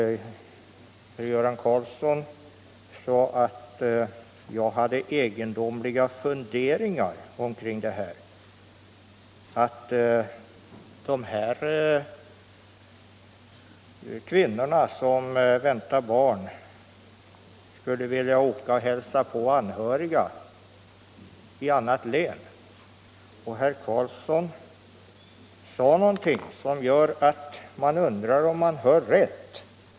Göran Karlsson ansåg att jag hade egendomliga funderingar om att kvinnor som väntar barn skulle vilja åka och hälsa på anhöriga i annat län, och sedan sade han någonting som gör att man undrar om man hörde rätt.